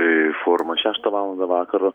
forumą šeštą valandą vakaro